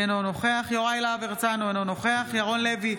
אינו נוכח יוראי להב הרצנו, אינו נוכח ירון לוי,